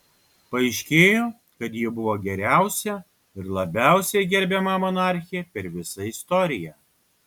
paaiškėjo kad ji buvo geriausia ir labiausiai gerbiama monarchė per visą istoriją